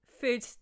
food